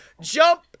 jump